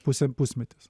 pusę pusmetis